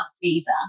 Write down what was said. visa